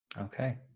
Okay